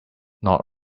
not